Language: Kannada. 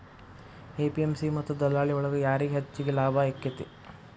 ಎ.ಪಿ.ಎಂ.ಸಿ ಮತ್ತ ದಲ್ಲಾಳಿ ಒಳಗ ಯಾರಿಗ್ ಹೆಚ್ಚಿಗೆ ಲಾಭ ಆಕೆತ್ತಿ?